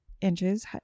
inches